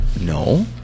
No